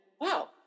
wow